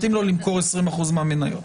מתאים לו למכור 20% מהמניות.